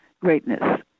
greatness